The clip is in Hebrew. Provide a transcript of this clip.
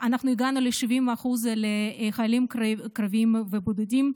הגענו ל-70% לחיילים קרביים ובודדים,